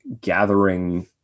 gathering